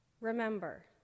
remember